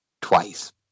twice